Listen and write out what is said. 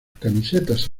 camisetas